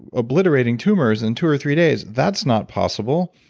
obliterating tumors in two or three days! that's not possible!